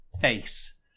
face